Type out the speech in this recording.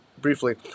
briefly